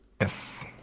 Yes